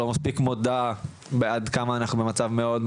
או לא מספיק מודה עד כמה המצב מאוד,